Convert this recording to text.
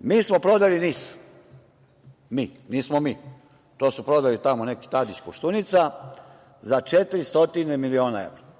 mi smo prodali NIS, nismo mi, to su prodali tamo neki Tadić i Koštunica, za 400 miliona evra